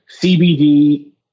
CBD